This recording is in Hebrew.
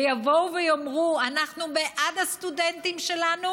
ויבואו ויאמרו: אנחנו בעד הסטודנטים שלנו,